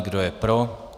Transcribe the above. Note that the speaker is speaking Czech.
Kdo je pro?